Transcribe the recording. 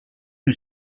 you